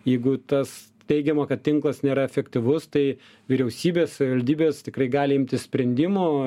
jeigu tas teigiama kad tinklas nėra efektyvus tai vyriausybės savivaldybės tikrai gali imtis sprendimo